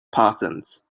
parsons